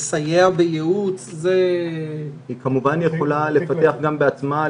לסייע בייעוץ --- היא כמובן יכולה לפתח בעצמה,